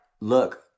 Look